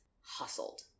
hustled